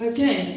Okay